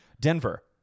Denver